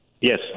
yes